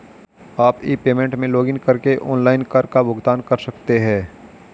आप e payment में login करके ऑनलाइन कर का भुगतान कर सकते हैं